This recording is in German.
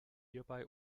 hierbei